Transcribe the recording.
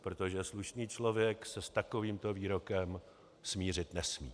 Protože slušný člověk se s takovýmto výrokem smířit nesmí.